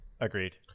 agreed